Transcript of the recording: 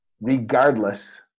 regardless